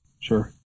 Sure